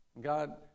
God